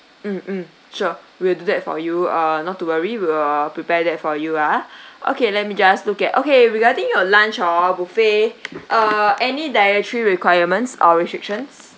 mm mm sure we'll do that for you uh not to worry we'll prepare that for you ah okay let me just look at okay regarding your lunch hor buffet uh any dietary requirements or restrictions